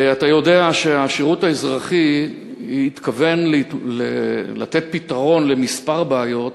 אתה יודע שהשירות האזרחי התכוון לתת פתרון לכמה בעיות,